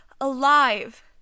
alive